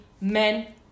men